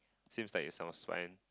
seems like is South Spine